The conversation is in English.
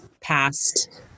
past